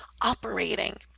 operating